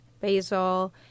basil